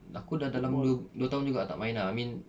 aku dah dalam dua dua tahun juga tak main ah I mean